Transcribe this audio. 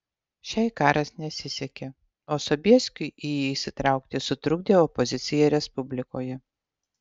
šiai karas nesisekė o sobieskiui į jį įsitraukti sutrukdė opozicija respublikoje